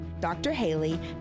drhaley